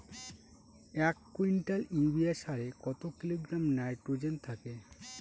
এক quintal urea সারে কত কিলোগ্রাম নাইট্রোজেন থাকে?